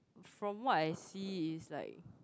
from what I see is like